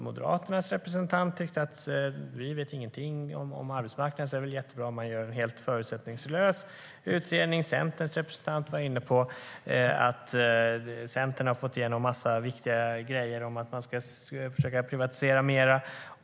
Moderaternas representant tyckte: Vi vet ingenting om arbetsmarknaden, så det är väl jättebra om man gör en helt förutsättningslös utredning. Centerns representant var inne på att Centern har fått igenom en massa viktiga saker om att man ska försöka privatisera mer.